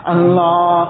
Allah